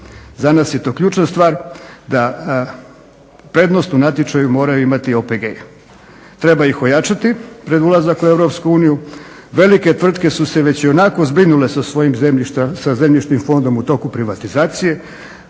za nas je to ključna stvar da prednost u natječaju moraju imati OPG-i. Treba ih ojačati pred ulazak u EU, velike tvrtke su se već ionako zbrinule sa svojim Zemljišnim fondom u toku privatizacije,